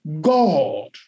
God